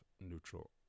neutral